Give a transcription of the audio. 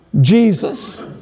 Jesus